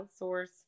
outsource